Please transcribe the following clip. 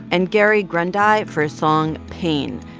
and gary grundei for his song, pain.